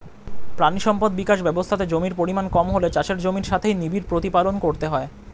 প্রাণী সম্পদ বিকাশ ব্যবস্থাতে জমির পরিমাণ কম হলে চাষের জমির সাথেই নিবিড় প্রতিপালন করতে হয়